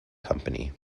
company